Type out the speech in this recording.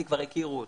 כי כבר הכירו אותם.